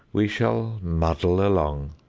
we shall muddle along,